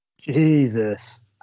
Jesus